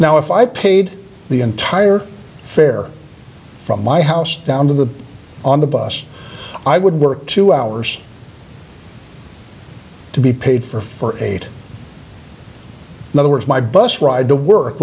now if i paid the entire fare from my house down to the on the bus i would work two hours to be paid for for eight other words my bus ride to work